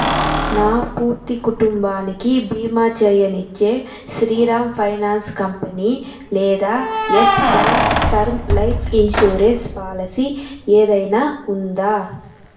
నా పూర్తి కుటుంబానికి బీమా చేయనిచ్చే శ్రీరామ్ ఫైనాన్స్ కంపెనీ లేదా Yes bank term life insurance policy ఏదైనా ఉందా